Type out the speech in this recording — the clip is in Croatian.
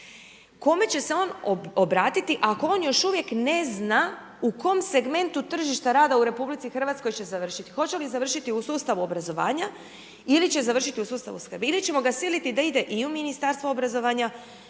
Kome će se on obratiti ako on još uvijek ne zna u kom segmentu tržišta rada u Republici Hrvatskoj će završiti? Hoće li završiti u sustavu obrazovanja ili će završiti u sustavu skrbi ili ćemo ga siliti da ide i u Ministarstvo obrazovanja